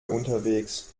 unterwegs